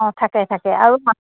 অঁ থাকে থাকে আৰু